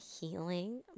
healing